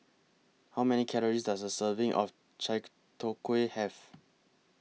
How Many Calories Does A Serving of Chai Tow Kway Have